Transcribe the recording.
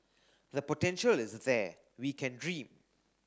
the potential is there we can dream